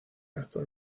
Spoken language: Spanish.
actual